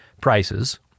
prices